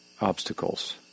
obstacles